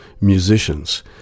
musicians